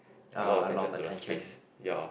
and a lot of attention to the space ya